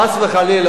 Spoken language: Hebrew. חס וחלילה,